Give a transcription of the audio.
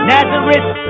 Nazareth